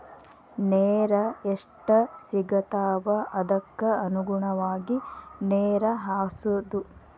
ನೇರ ಎಷ್ಟ ಸಿಗತಾವ ಅದಕ್ಕ ಅನುಗುಣವಾಗಿ ನೇರ ಹಾಸುದು